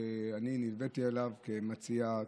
ואני נלוויתי אליו כמציע,